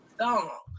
song